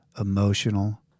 emotional